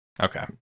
Okay